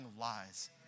lies